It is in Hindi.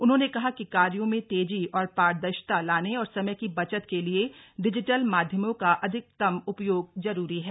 उन्होंने कहा कि कार्यों में तेजी और पारदर्शिता लाने औऱ समय की बचत के लिए डिजिटल माध्यमों का अधिकतम उपयोग जरूरी है